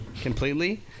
completely